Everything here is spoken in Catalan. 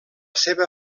seva